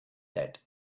that